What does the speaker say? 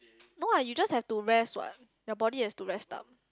no lah you just have to rest what your body has to rest up